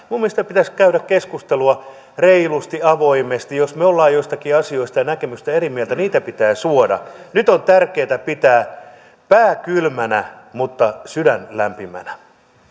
minun mielestä pitäisi käydä keskustelua reilusti avoimesti jos me olemme joistakin asioista ja näkemyksistä eri mieltä niitä pitää suoda nyt on tärkeätä pitää pää kylmänä mutta sydän lämpimänä